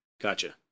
Gotcha